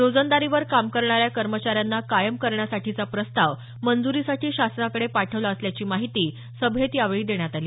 रोजंदारीवर काम करणाऱ्या कर्मचाऱ्यांना कायम करण्यासाठीचा प्रस्ताव मंजुरीसाठी शासनाकडे पाठवला असल्याची माहिती सभेत यावेळी देण्यात आली